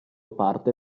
parte